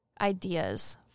ideas